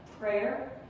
prayer